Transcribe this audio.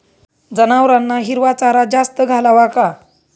जनावरांना हिरवा चारा जास्त घालावा का?